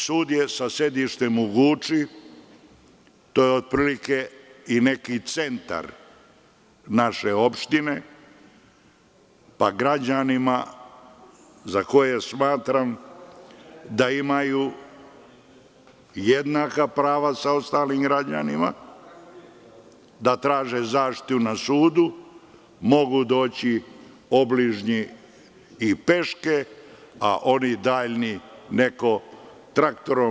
Sud je sa sedištem u Guči, što je otprilike neki centar naše opštine, pa građani za koje smatram da imaju jednaka prava sa ostalima da traže zaštitu na sudu, mogu doći i peške, a oni dalji traktorom.